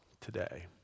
today